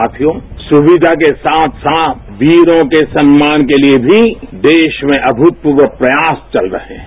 साथियो सुविधा के साथ साथ वीरों के सम्मान के लिए भी देश में अभूतपूर्व प्रयास चल रहे हैं